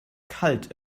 kalt